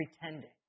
pretending